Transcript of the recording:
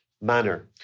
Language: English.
manner